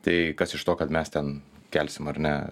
tai kas iš to kad mes ten kelsim ar ne